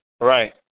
Right